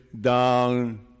down